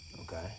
Okay